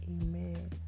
Amen